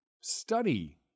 study